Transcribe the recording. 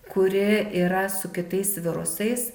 kuri yra su kitais virusais